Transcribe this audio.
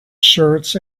shirts